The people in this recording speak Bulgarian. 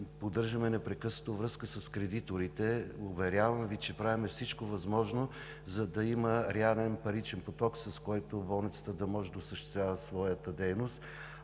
Поддържаме непрекъснато връзка с кредиторите. Уверявам Ви, че правим всичко възможно, за да има реален паричен поток, с който болницата да може да осъществява своята дейност.